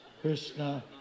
Krishna